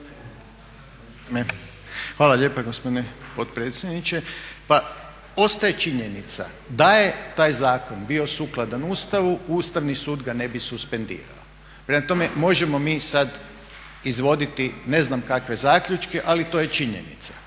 Hvala lijepa gospodine potpredsjedniče. Pa ostaje činjenica da je taj zakon bio sukladan Ustavu, Ustavni sud ga ne bi suspendirao. Prema tome možemo mi sada izvoditi ne znam kakve zaključke ali to je činjenica,